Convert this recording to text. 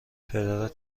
پدرت